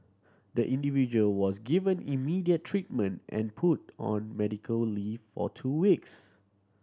the individual was given immediate treatment and put on medical leave or two weeks